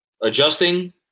adjusting